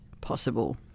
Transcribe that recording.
possible